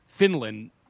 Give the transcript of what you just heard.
Finland